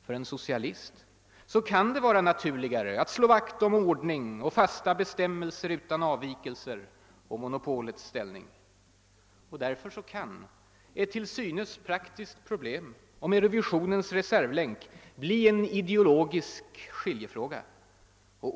För en socialist kan det vara naturligare att slå vakt om ordning och fasta bestämmelser utan avvikelser, att slå vakt om monopolets ställning. Därför kan ett till synes praktiskt problem om Eurovisionens reservlänk bli en ideologisk skiljefråga.